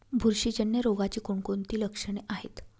बुरशीजन्य रोगाची कोणकोणती लक्षणे आहेत?